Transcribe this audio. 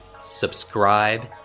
subscribe